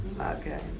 Okay